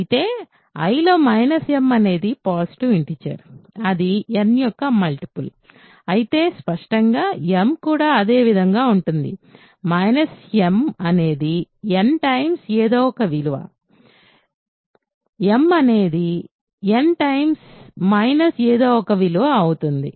అయితే I లో m అనేది పాజిటివ్ ఇంటిజర్ అది n యొక్క మల్టిపుల్ అయితే స్పష్టంగా m కూడా అదే విధంగా ఉంటుంది m అనేది n ఏదో ఒక విలువ m అనేది n మైనస్ ఏదో ఒక విలువ అవుతుంది